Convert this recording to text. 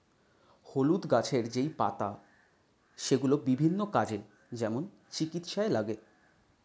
হলুদ গাছের যেই পাতা সেগুলো বিভিন্ন কাজে, যেমন চিকিৎসায় লাগে